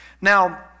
Now